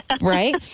Right